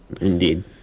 Indeed